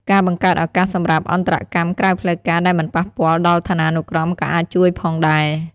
ការបង្កើតឱកាសសម្រាប់អន្តរកម្មក្រៅផ្លូវការដែលមិនប៉ះពាល់ដល់ឋានានុក្រមក៏អាចជួយផងដែរ។